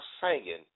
singing